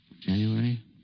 January